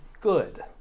good